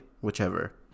whichever